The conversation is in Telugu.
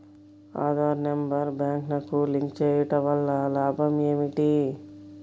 ఆధార్ నెంబర్ బ్యాంక్నకు లింక్ చేయుటవల్ల లాభం ఏమిటి?